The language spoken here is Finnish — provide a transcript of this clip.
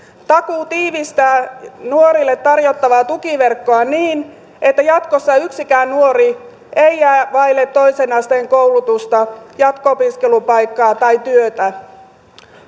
takuu tiivistää nuorille tarjottavaa tukiverkkoa niin että jatkossa yksikään nuori ei jää vaille toisen asteen koulutusta jatko opiskelupaikkaa tai työtä